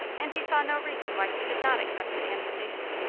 and he saw no reason why he should not accept the invitation.